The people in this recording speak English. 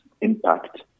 impact